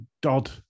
Dodd